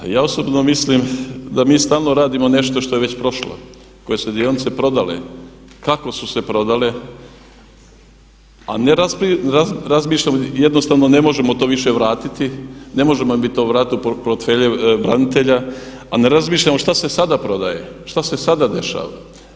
Ja osobno mislim da mi stalno radimo nešto što je već prošlo, koje se dionice prodale, kako su se prodale a ne razmišljamo jednostavno, ne možemo to više vratiti, ne možemo mi to vratiti u portfelje branitelja a ne razmišljamo šta se sada prodaje, šta se sada dešava.